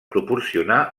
proporcionar